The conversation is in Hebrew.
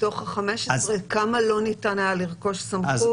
מתוך ה-15 כמה לא ניתן היה לרכוש סמכות